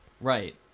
Right